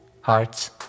hearts